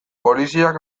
poliziak